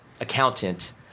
accountant